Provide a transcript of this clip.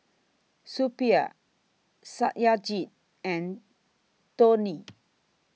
Suppiah Satyajit and Dhoni